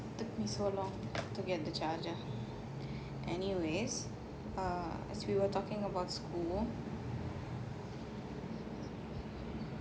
so long to get the charger anyways err as we were talking about school